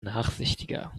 nachsichtiger